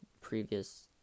previous